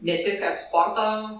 ne tik eksporto